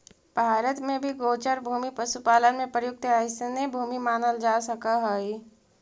भारत में भी गोचर भूमि पशुपालन में प्रयुक्त अइसने भूमि मानल जा सकऽ हइ